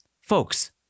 Folks